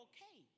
Okay